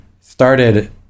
started